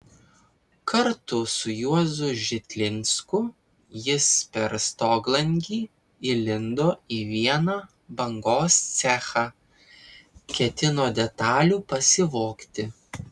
kartu su juozu žitlinsku jis per stoglangį įlindo į vieną bangos cechą ketino detalių pasivogti